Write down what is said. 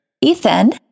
Ethan